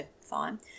fine